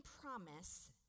promise